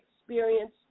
experienced